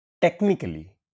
Technically